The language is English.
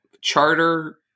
charter